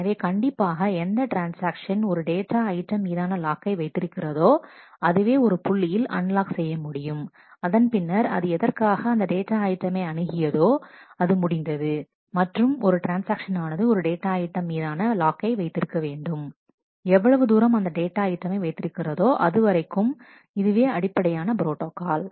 எனவே கண்டிப்பாக எந்த ட்ரான்ஸ்ஆக்ஷன் ஒரு டேட்டா ஐட்டம் மீதான லாக்கை வைத்திருக்கிறதோ அதுவே ஒரு புள்ளியில் அன்லாக் செய்ய முடியும் அதன் பின்னர் அது எதற்காக அந்த டேட்டா ஐட்டமை அணுகியதோ அது முடிந்தது மற்றும் ஒரு ட்ரான்ஸ்ஆக்ஷன் ஆனது ஒரு டேட்டா ஐட்டம் மீதான லாக்கை வைத்திருக்க வேண்டும் எவ்வளவு தூரம் அந்த டேட்டா ஐட்டமை வைத்திருக்கிறதோ அதுவரைக்கும் இதுவே அடிப்படையான ப்ரோட்டாகால்